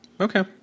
Okay